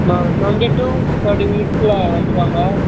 நான் ஒரு twenty two thirty மினிட்ஸ்க்குள்ள வந்துருவாங்க